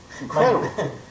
incredible